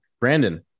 Brandon